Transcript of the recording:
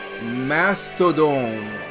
Mastodon